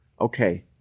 Okay